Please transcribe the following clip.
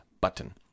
button